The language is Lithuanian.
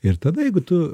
ir tada jeigu tu